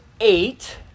eight